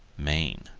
maine.